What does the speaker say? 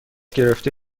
گرفته